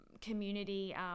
community